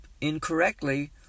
incorrectly